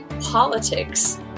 politics